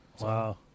Wow